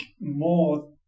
more